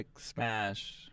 smash